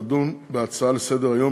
תדון בהצעה לסדר-היום